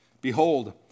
Behold